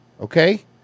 Okay